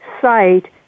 site